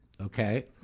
okay